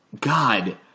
God